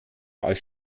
als